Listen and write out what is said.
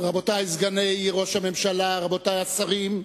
רבותי סגני ראש הממשלה, רבותי השרים,